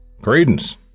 Credence